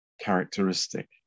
characteristic